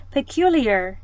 Peculiar